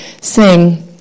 sing